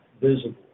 visible